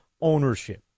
ownership